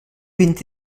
vint